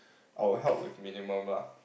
I will help with minimum lah